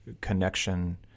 connection